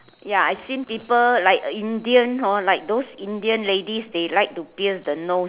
ya I see people like Indian hor like those Indian ladies they like to pierce the nose